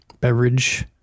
beverage